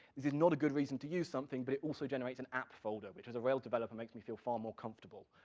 this is not a good reason to use something, but it also generates an app folder, which, as a rail developer, makes me feel far more comfortable,